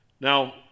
Now